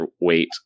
weight